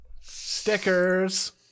Stickers